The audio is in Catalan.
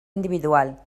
individual